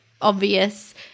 obvious